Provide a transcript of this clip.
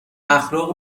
اخلاق